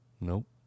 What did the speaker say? Nope